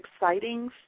exciting